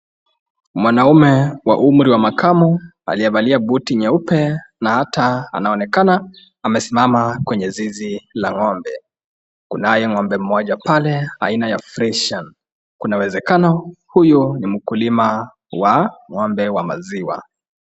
Mwanaume wa umri wa makamo. Aliyevalia buti nyeupe na hata anaonekana amesimama kwenye zizi la ng'ombe. Kunaye ng'ombe mmoja pale aina ya Freshian. Kuna uwezekano huyu ni mkulima wa ng'ombe wa maziwa.